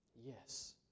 Yes